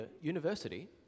university